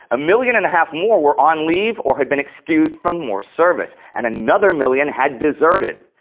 a million and a half more were on leave or had been excused from more service, and another million had deserted.